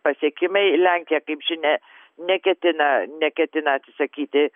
pasiekimai lenkija kaip žinia neketina neketina atsisakyti